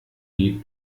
die